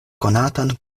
konatan